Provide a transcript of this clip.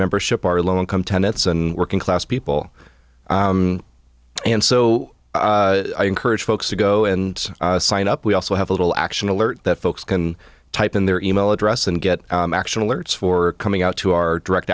membership our low income tenants and working class people and so i encourage folks to go and sign up we also have a little action alert that folks can type in their e mail address and get action alerts for coming out to our direct